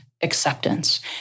acceptance